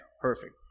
perfect